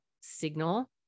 signal